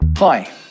Hi